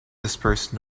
disperse